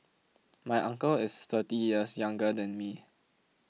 my uncle is thirty years younger than me